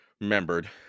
remembered